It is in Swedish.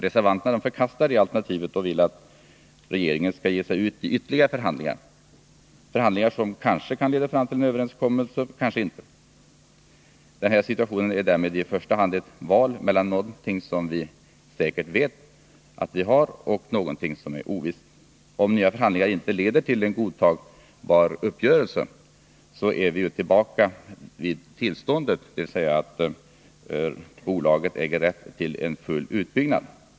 Reservan Onsdagen den terna förkastar det alternativet och vill att regeringen skall ge sig ut i 19 november 1980 ytterligare förhandlingar — förhandlingar som kanske kan leda fram till en överenskommelse, kanske inte. Den här situationen är därmed i första hand = Sölvbackaströmett val mellan någonting som vi säkert vet att vi har och någonting som är marna ovisst. Om nya förhandlingar inte leder till en godtagbar uppgörelse, är vi ju tillbaka vid det tidigare tillståndet, dvs. att bolaget äger rätt till full utbyggnad.